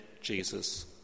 Jesus